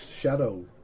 Shadow